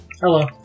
Hello